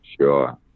Sure